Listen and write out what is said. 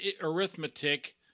arithmetic